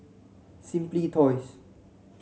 Simply Toys